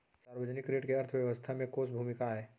सार्वजनिक ऋण के अर्थव्यवस्था में कोस भूमिका आय?